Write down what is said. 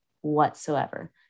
whatsoever